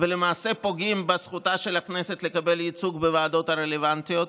ולמעשה פוגעים בזכותה של הכנסת לקבל ייצוג בוועדות הרלוונטיות,